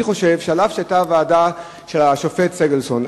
אני חושב שאף שהיתה ועדה של השופט סגלסון,